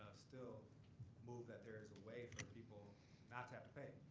still move that there is a way for people not to have to pay.